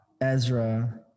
Ezra